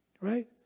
right